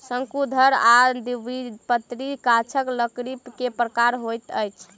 शंकुधर आ द्विबीजपत्री गाछक लकड़ी के प्रकार होइत अछि